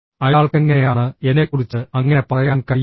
അയാൾക്കെങ്ങനെയാണ് എന്നെക്കുറിച്ച് അങ്ങനെ പറയാൻ കഴിയുക